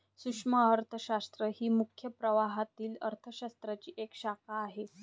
सूक्ष्म अर्थशास्त्र ही मुख्य प्रवाहातील अर्थ शास्त्राची एक शाखा आहे